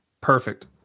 Perfect